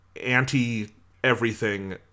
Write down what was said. anti-everything